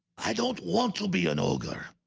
i don't want to be an ogre